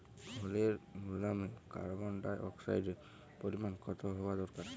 ফলের গুদামে কার্বন ডাই অক্সাইডের পরিমাণ কত হওয়া দরকার?